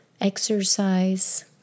Exercise